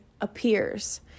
appears